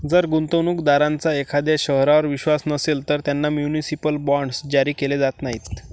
जर गुंतवणूक दारांचा एखाद्या शहरावर विश्वास नसेल, तर त्यांना म्युनिसिपल बॉण्ड्स जारी केले जात नाहीत